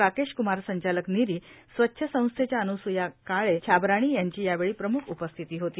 राकेश कुमार संचालक निरीए स्वच्छ संस्थेच्या अनुस्या काळे छाबराणी यांची यावेळी प्रमुख उपस्थिती होती